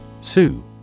Sue